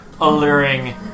alluring